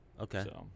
Okay